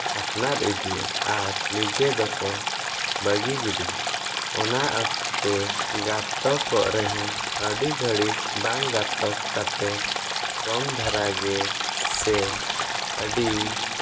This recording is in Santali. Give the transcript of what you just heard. ᱟᱯᱱᱟᱨ ᱤᱫᱤᱭᱟ ᱟᱨ ᱱᱤᱡᱮ ᱫᱚᱠᱚ ᱵᱟᱹᱜᱤ ᱜᱤᱰᱤᱭᱟ ᱚᱠᱛᱮ ᱜᱟᱛᱚᱠᱚᱜ ᱨᱮ ᱦᱚᱸ ᱟᱹᱰᱤ ᱜᱷᱟᱹᱲᱤ ᱵᱟᱝ ᱜᱟᱛᱚᱠ ᱠᱟᱛᱮ ᱠᱚᱢ ᱫᱷᱟᱨᱟ ᱜᱮ ᱥᱮ ᱟᱹᱰᱤ